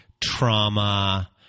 trauma